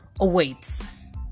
awaits